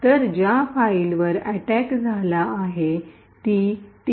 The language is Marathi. तर ज्या फाईलवर अटैक झाला ती TUT2